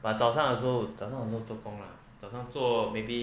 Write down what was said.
but 早上的时候早上的时候做工 lah 早上做 maybe